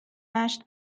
نشت